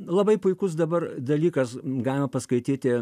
labai puikus dabar dalykas galima paskaityti